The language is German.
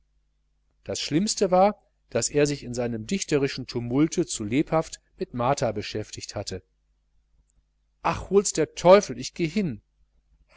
das schlimmste war daß er sich in seinem dichterischen tumulte zu lebhaft mit martha beschäftigt hatte ach hols der teufel ich geh hin